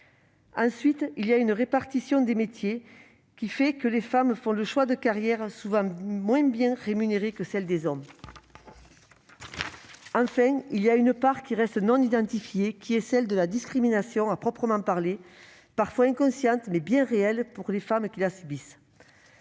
Ensuite, il y a une répartition des métiers qui fait que les femmes font le choix de carrières souvent moins bien rémunérées que celles des hommes. Enfin, il y a une part qui reste non identifiée, qui est celle de la discrimination à proprement parler, parfois inconsciente, mais bien réelle pour les femmes qui la subissent.